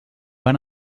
van